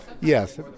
Yes